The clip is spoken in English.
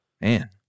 Man